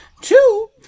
Two